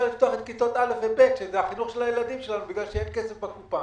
לפתוח את כיתות א' וב' בגלל שאין כסף בקופה.